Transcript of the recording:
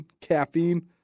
caffeine